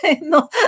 no